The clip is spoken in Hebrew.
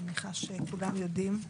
אני מניחה שכולם יודעים.